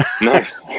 Nice